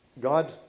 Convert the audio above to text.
God